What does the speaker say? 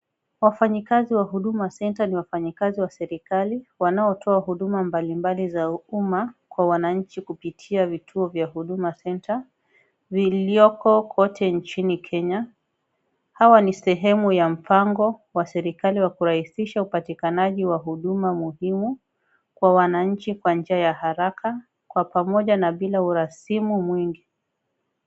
Wafanyikazi wa Huduma Center ni wafanyikazi wa serikali, wanaotoa huduma mbalimbali za umma kwa wananchi kupitia vituo vya Huduma Center vilivyoko kote nchini Kenya, hawa ni sehemu ya mpango wa serikali wa kurahisisha upatikanaji wa huduma muhimu kwa wananchi kwa njia ya haraka kwa pamoja na bila urasimu mwingi.